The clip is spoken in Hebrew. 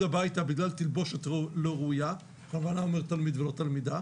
הביתה בגלל תלבושת לא ראויה אני בכוונה אומר תלמיד ולא תלמידה